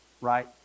right